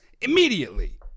immediately